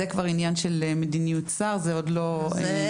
זה כבר עניין של מדיניות שר, זה עוד לא נדון.